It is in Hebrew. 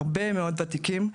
הרבה מאוד ותיקים,